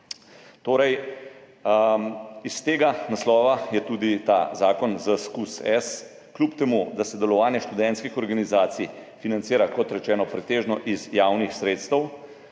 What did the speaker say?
Torej je iz tega naslova tudi ta zakon ZSkuS kljub temu, da se delovanje študentskih organizacij financira, kot rečeno, pretežno iz javnih sredstev